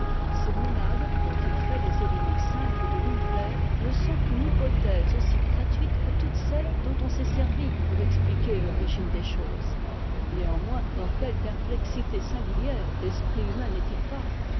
ses monades dont il fait les éléments simples de l'univers ne sont qu'une hypothèse aussi gratuite que toutes celles dont on s'est servi pour expliquer l'origine des choses néanmoins dans quelle perplexité singulière l'esprit humain n'est-il pas